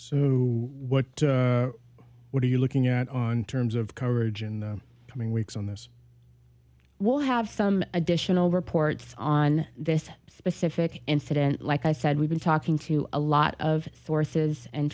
what what are you looking at on terms of coverage in the coming weeks on this well have some additional reports on this specific incident like i said we've been talking to a lot of sources and